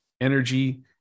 energy